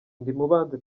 ndimubanzi